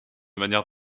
manière